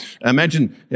Imagine